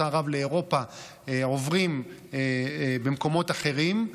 ערב לאירופה עוברים במקומות אחרים,